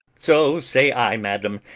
so say i, madam,